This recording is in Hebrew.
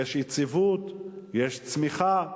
יש יציבות, יש צמיחה.